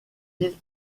îles